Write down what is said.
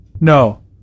No